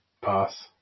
Pass